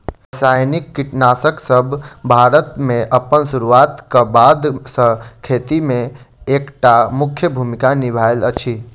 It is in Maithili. रासायनिक कीटनासकसब भारत मे अप्पन सुरुआत क बाद सँ खेती मे एक टा मुख्य भूमिका निभायल अछि